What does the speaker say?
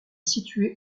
située